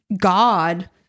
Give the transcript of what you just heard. God